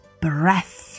breath